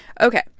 Okay